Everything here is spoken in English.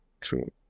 True